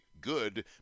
good